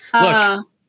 look